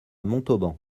montauban